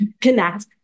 connect